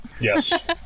Yes